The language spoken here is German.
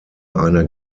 einer